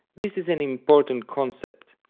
this is an important concept,